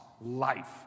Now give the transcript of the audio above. life